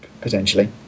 potentially